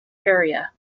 area